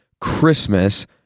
Christmas